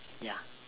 ya